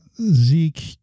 Zeke